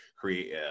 create